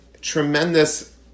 tremendous